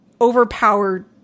overpowered